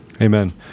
Amen